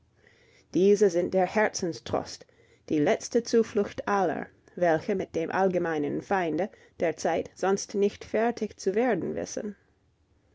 diese sind der herzenstrost die letzte zuflucht aller welche mit dem allgemeinen feinde der zeit sonst nicht fertig zu werden wissen